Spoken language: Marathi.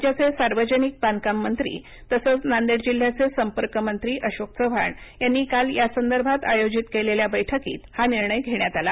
राज्याचे सार्वजनिक बाधकाम मंत्री तसंच नांदेड जिल्ह्याचे संपर्क मंत्री अशोक चव्हाण यांनी काल यासंदर्भात आयोजित केलेल्या बैठकीत हा निर्णय घेण्यात आला